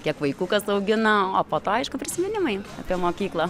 kiek vaikų kas augina o po to aišku prisiminimai apie mokyklą